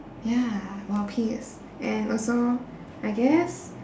ya world peace and also I guess